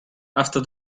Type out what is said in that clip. after